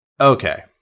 Okay